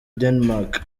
danemark